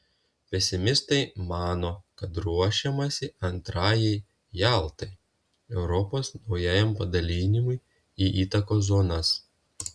pesimistai mano kad ruošiamasi antrajai jaltai europos naujam padalijimui į įtakos zonas